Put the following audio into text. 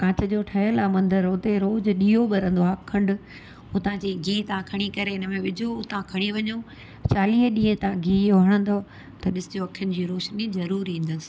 कांच जो ठहियलु आहे मंदरु हुते रोज़ ॾीओ ॿरंदो आहे अखंड हुतां जी घी तव्हां खणी करे हिन में विझो उतां खणी वञो चालीह ॾींहं तव्हां घी हणंदव त ॾिसिजो अखियुनि जी रौशनी ज़रूरु ईंदसि